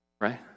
right